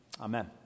Amen